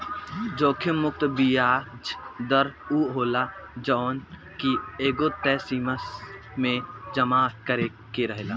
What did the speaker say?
जोखिम मुक्त बियाज दर उ होला जवन की एगो तय समय सीमा में जमा करे के रहेला